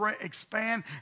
expand